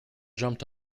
jumped